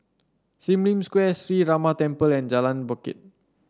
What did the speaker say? Sim Lim Square Sree Ramar Temple and Jalan Bangket